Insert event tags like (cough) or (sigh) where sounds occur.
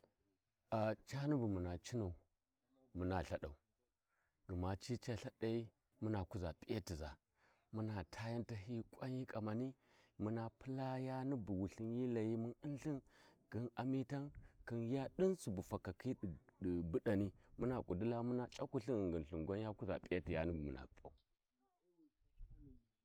﻿A Cani bu muna cinau muna Ca lthadau gma ci ca lthadayi muna kuʒa p’iyatiʒa muna ta yau tahiyi ƙwayi ƙamani muna pula yani bu wulthin hi layi mun un lthi khin amitan khin niya din subu uu fakakhi du buɗani muna ƙudilla muna c'aƙwu lthi ghingin lthin gwan ya kuza p'iyati yani bu muna umau. (noise)